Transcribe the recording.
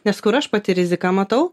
nes kur aš pati riziką matau